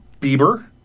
Bieber